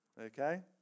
Okay